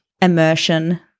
immersion